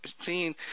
seeing